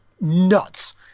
nuts